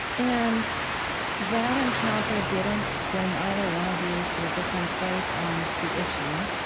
and that encounter didn't bring either one of you to a different place on the issue?